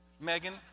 Megan